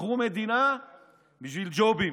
מכרו מדינה בשביל ג'ובים.